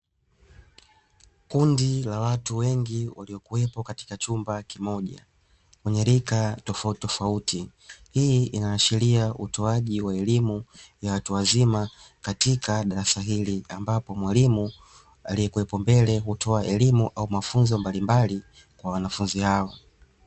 Kundi la watu wengi waliokuwepo katika chumba kimoja wenye rika tofauti tofauti hii inaashiria utoaji wa elimu ya watu wazima katika darasa hili ambapo mwalimu aliyekuwepo mbele hutoa elimu au mafunzo mbalimbali kwa wanafunzi hao.